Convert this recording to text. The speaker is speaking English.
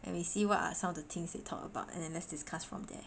and we see what are some of the things they talk about and then let's discuss from there